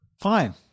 Fine